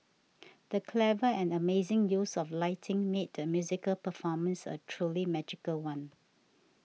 the clever and amazing use of lighting made the musical performance a truly magical one